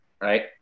right